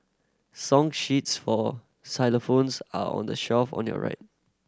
song sheets for xylophones are on the shelf on your right